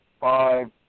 five